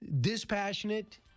Dispassionate